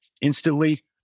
instantly